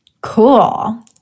Cool